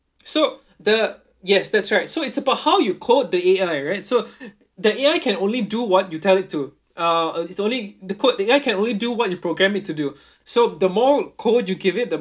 so the yes that's right so it's about how you code the A_I right so the A_I can only do what you tell it to uh it's only the code the A_I can only do what you program it to do so the more code you give it